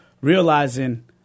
realizing